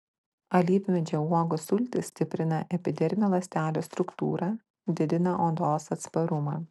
alyvmedžio uogų sultys stiprina epidermio ląstelių struktūrą didina odos atsparumą